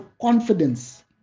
confidence